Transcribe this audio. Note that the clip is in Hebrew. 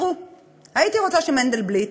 הייתי רוצה שמנדלבליט,